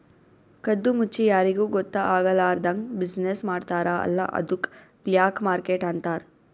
ಕದ್ದು ಮುಚ್ಚಿ ಯಾರಿಗೂ ಗೊತ್ತ ಆಗ್ಲಾರ್ದಂಗ್ ಬಿಸಿನ್ನೆಸ್ ಮಾಡ್ತಾರ ಅಲ್ಲ ಅದ್ದುಕ್ ಬ್ಲ್ಯಾಕ್ ಮಾರ್ಕೆಟ್ ಅಂತಾರ್